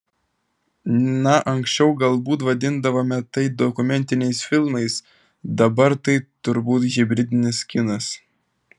na anksčiau galbūt vadindavome tai dokumentiniais filmais dabar tai turbūt hibridinis kinas